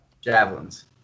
Javelins